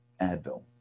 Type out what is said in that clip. Advil